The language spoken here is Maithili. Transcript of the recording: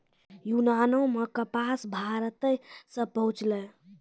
यूनानो मे कपास भारते से पहुँचलै